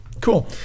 Cool